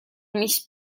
miss